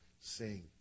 sing